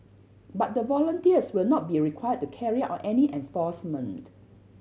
but the volunteers will not be required to carry out any enforcement